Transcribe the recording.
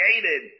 created